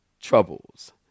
troubles